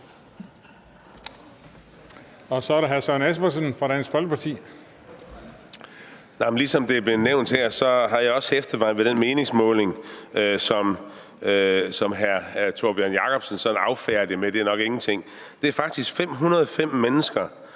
Kl. 21:00 Søren Espersen (DF): Ligesom det er blevet nævnt her, har jeg også hæftet mig ved den meningsmåling, som hr. Tórbjørn Jacobsen affærdiger med, at det nok er ingenting. Det er faktisk 505 mennesker